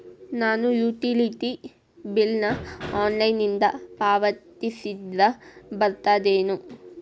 ನಾನು utility bill ನ ಆನ್ಲೈನಿಂದ ಪಾವತಿಸಿದ್ರ ಬರ್ತದೇನು?